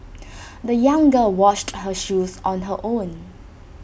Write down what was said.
the young girl washed her shoes on her own